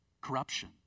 corruption